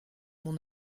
mon